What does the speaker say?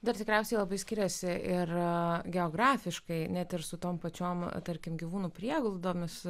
dar tikriausiai labai skiriasi ir geografiškai net ir su tom pačiom tarkim gyvūnų prieglaudomis